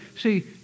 See